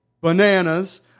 Bananas